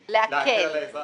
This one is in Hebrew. להקל על האזרח